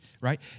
right